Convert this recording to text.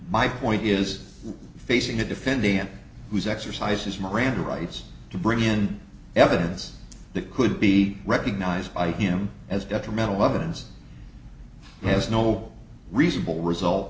my point is facing a defendant who's exercised his miranda rights to bring in evidence that could be recognized by him as detrimental evidence has no reasonable result